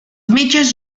metges